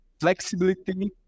flexibility